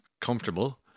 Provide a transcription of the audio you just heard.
comfortable